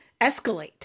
escalate